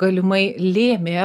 galimai lėmė